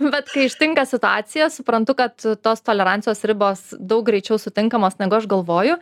bet kai ištinka situacija suprantu kad tos tolerancijos ribos daug greičiau sutinkamos negu aš galvoju